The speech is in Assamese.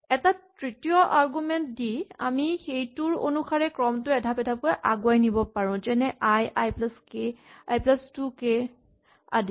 এটা তৃতীয় আৰগুমেন্ট দি আমি সেইটোৰ অনুসাৰে ক্ৰমটো এধাপ এধাপকৈ আগুৱাই নিব পাৰো যেনে i i plus k i plus two k আদি